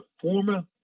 former